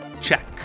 Check